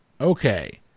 Okay